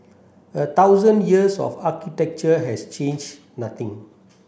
a thousand years of architecture has changed nothing